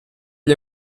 gli